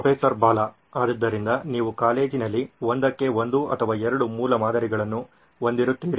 professor Bala ಆದ್ದರಿಂದ ನೀವು ಕಾಲೇಜ್ನಲ್ಲಿ ಒಂದಕ್ಕೆ ಒಂದುಎರಡು ಮೂಲಮಾದರಿಗಳನ್ನು ಹೊಂದಿರುತ್ತೀರಿ